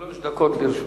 שלוש דקות לרשותך.